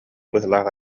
быһыылаах